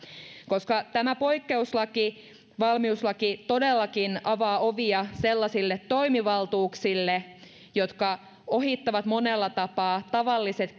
tämä poikkeuslaki valmiuslaki todellakin avaa ovia sellaisille toimivaltuuksille jotka ohittavat monella tapaa tavalliset